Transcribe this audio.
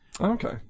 Okay